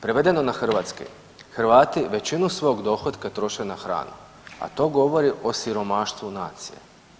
Prevedeno na hrvatski, Hrvati većinu svog dohotka troše na hranu, a to govori o siromaštvu nacije.